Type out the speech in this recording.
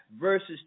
verses